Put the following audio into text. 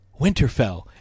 Winterfell